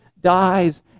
dies